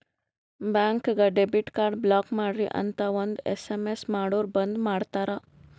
ಬ್ಯಾಂಕ್ಗ debit card block ಮಾಡ್ರಿ ಅಂತ್ ಒಂದ್ ಎಸ್.ಎಮ್.ಎಸ್ ಮಾಡುರ್ ಬಂದ್ ಮಾಡ್ತಾರ